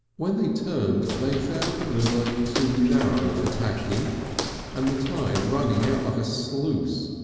when they turned they found the river too narrow for tacking and the tide running out like a sluice.